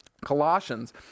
Colossians